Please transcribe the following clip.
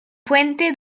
puente